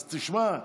אז תשמע,